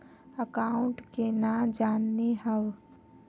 Account केना जाननेहव?